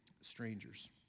strangers